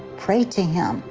pray to him.